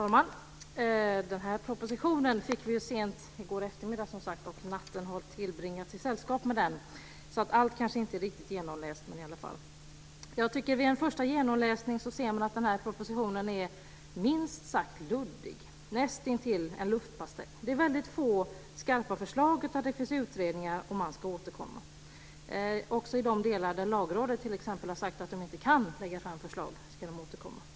Fru talman! Den här propositionen fick vi sent i går eftermiddag, som sagt, och natten har tillbringats i sällskap med den. Allt kanske inte är riktigt genomläst, men i alla fall. Vid en första genomläsning ser man att den här propositionen är minst sagt luddig, nästintill en luftpastej. Det är väldigt få skarpa förslag. Det finns utredningar, och man ska återkomma. Också i de delar där t.ex. Lagrådet sagt att regeringen inte kan lägga fram förslag ska man återkomma.